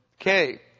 Okay